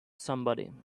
somebody